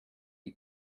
you